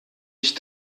ich